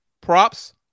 props